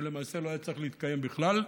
שלמעשה לא היה צריך להתקיים בכלל,